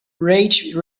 rage